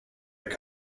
egg